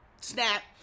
snap